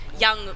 young